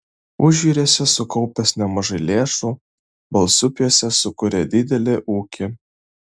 užjūriuose sukaupęs nemažai lėšų balsupiuose sukūrė didelį ūkį